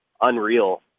unreal